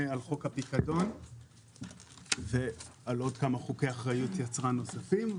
על חוק הפיקדון ועל עוד כמה חוקי אחריות יצרן נוספים.